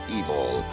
evil